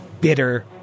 bitter